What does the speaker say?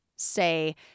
say